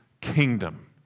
kingdom